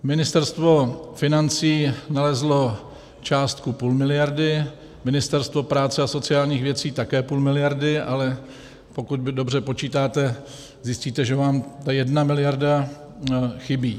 Ministerstvo financí nalezlo částku 0,5 mld., Ministerstvo práce a sociálních věcí také 0,5 mld., ale pokud vy dobře počítáte, zjistíte, že vám ta 1 mld. chybí.